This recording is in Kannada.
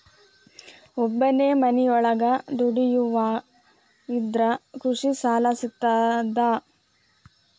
ಒಬ್ಬನೇ ಮನಿಯೊಳಗ ದುಡಿಯುವಾ ಇದ್ರ ಕೃಷಿ ಸಾಲಾ ಸಿಗ್ತದಾ?